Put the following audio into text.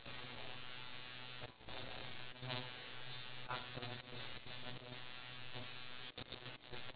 so in that programme right it can be like a reality T_V show so what I would plan to do is